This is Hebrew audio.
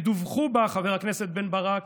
ודֻווחו בה, חבר הכנסת בן ברק,